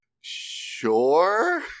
Sure